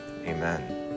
amen